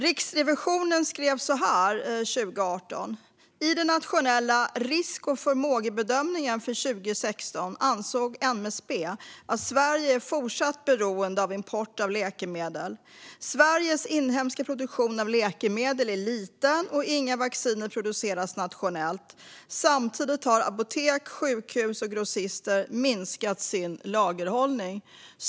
Riksrevisionen skrev så här 2018: "I den nationella risk och förmågebedömningen för 2016 ansåg MSB att Sverige är fortsatt beroende av import av läkemedel. Sveriges inhemska produktion av läkemedel är liten och inga vacciner produceras nationellt. Samtidigt har apotek, sjukhus och grossister minskat sin lagerhållning."